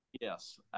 Yes